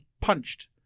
punched